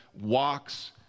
walks